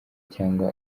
cyangwa